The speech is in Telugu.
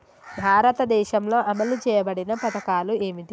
భారతదేశంలో అమలు చేయబడిన పథకాలు ఏమిటి?